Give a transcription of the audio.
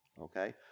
okay